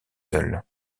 seule